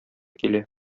килә